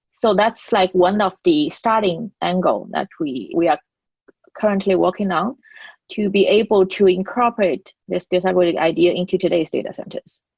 so that's like one of the starting end goal that we we are currently working on to be able to incorporate this disaggregated idea into today's data centers.